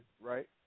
right